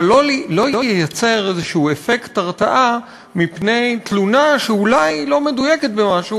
אבל לא ייצר איזשהו אפקט הרתעה מפני תלונה שאולי היא לא מדויקת במשהו,